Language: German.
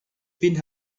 bin